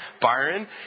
Byron